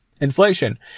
inflation